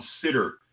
consider